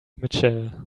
mitchell